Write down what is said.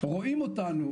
רואים אותנו